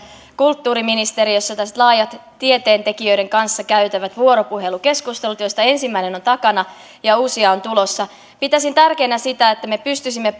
kulttuuriministeriössä laajat tieteentekijöiden kanssa käytävät vuoropuhelukeskustelut joista ensimmäinen on takana ja uusia on tulossa pitäisin tärkeänä sitä että me pystyisimme